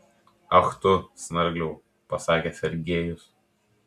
ach tu snargliau pasakė sergiejus